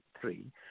three